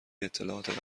اطلاعات